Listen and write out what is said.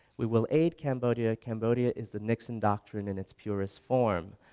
we will aid cambodia. cambodia is the nixon doctrine in it's purest form.